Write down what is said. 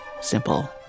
simple